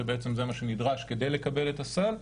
שזה מה שנדרש כדי לקבל את הסל.